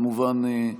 כמובן,